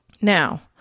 Now